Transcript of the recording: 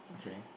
okay